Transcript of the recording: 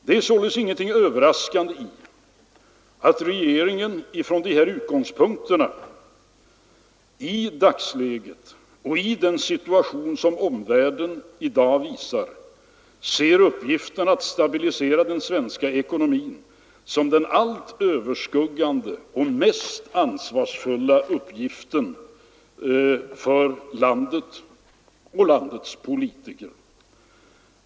Det är således ingenting överraskande i att regeringen från de här utgångspunkterna i dagsläget, och i den situation vi ser att omvärlden har, betraktar en stabilisering av den svenska ekonomin som den allt överskuggande och mest ansvarsfulla uppgiften för landet och landets politiker.